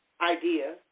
idea